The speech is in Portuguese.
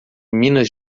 minas